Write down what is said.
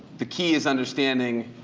the key is understanding